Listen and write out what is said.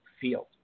field